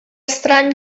estrany